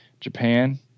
Japan